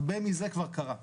הרבה מזה כבר קרה.